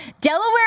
Delaware